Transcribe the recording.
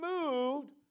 moved